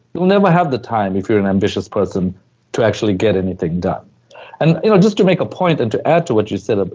you'll never have the time if you're an ambitious person to actually get anything done and you know just to make a point, and to add to what you said. ah but